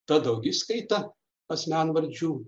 ta daugiskaita asmenvardžių